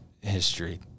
history